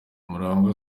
murangwa